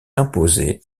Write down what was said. imposé